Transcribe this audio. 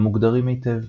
המוגדרים היטב.